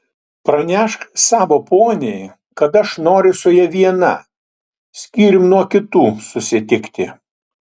pranešk savo poniai kad aš noriu su ja viena skyrium nuo kitų susitikti